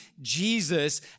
Jesus